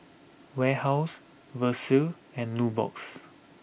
Warehouse Versace and Nubox